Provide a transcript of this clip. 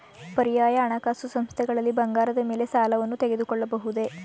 ಪರ್ಯಾಯ ಹಣಕಾಸು ಸಂಸ್ಥೆಗಳಲ್ಲಿ ಬಂಗಾರದ ಮೇಲೆ ಸಾಲವನ್ನು ತೆಗೆದುಕೊಳ್ಳಬಹುದೇ?